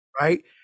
right